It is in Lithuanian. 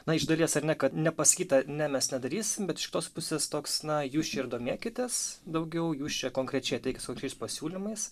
na iš dalies ar ne kad nepasakyta ne mes nedarysim iš kitos pusės toks na jūs čia ir domėkitės daugiau jų šia konkrečiais ateikit su pasiūlymais